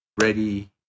ready